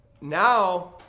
now